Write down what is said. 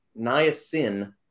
niacin